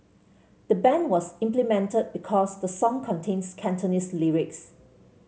the ban was implemented because the song contains Cantonese lyrics